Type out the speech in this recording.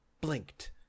blinked